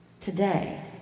today